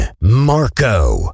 Marco